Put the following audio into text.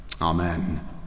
Amen